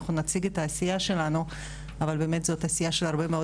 אנחנו נציג את העשייה שלנו אבל באמת זאת עשייה של הרבה מאוד